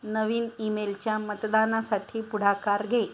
नवीन ईमेलच्या मतदानासाठी पुढाकार घे